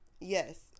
Yes